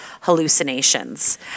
hallucinations